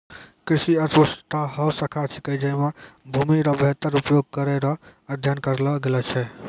कृषि अर्थशास्त्र हौ शाखा छिकै जैमे भूमि रो वेहतर उपयोग करै रो अध्ययन करलो गेलो छै